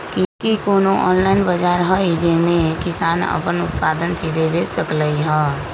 कि कोनो ऑनलाइन बाजार हइ जे में किसान अपन उत्पादन सीधे बेच सकलई ह?